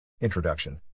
Introduction